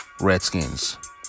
Redskins